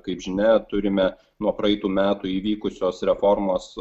kaip žinia turime nuo praeitų metų įvykusios reformos